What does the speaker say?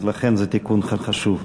אז לכן זה תיקון חשוב.